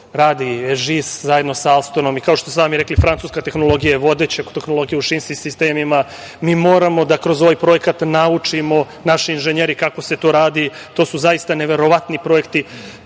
radi, ŽIS zajedno sa „Astonom“, i kao što ste sami rekli, francuska tehnologija je vodeća tehnologija u šinskim sistemima. Mi moramo da kroz ovaj projekat naučimo naše inženjere kako se to radi. To su zaista neverovatni projekti.